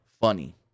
funny